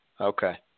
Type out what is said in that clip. Okay